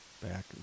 back